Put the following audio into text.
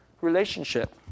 relationship